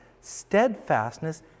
steadfastness